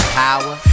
power